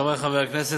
חברי חברי הכנסת,